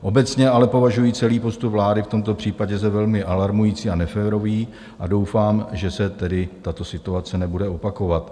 Obecně ale považuji celý postup vlády v tomto případě za velmi alarmující a neférový a doufám, že se tedy tato situace nebude opakovat.